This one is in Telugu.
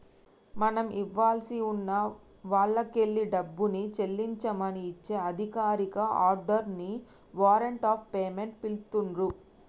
మనం ఇవ్వాల్సి ఉన్న వాల్లకెల్లి డబ్బుని చెల్లించమని ఇచ్చే అధికారిక ఆర్డర్ ని వారెంట్ ఆఫ్ పేమెంట్ పిలుత్తున్రు